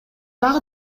дагы